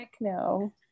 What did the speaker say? no